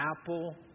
apple